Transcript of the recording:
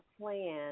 plan